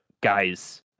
guys